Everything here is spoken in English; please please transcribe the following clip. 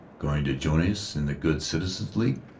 going to join us in the good citizens' league?